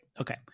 okay